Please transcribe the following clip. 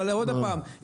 אבל עוד פעם,